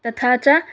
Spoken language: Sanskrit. तथा च